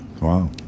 Wow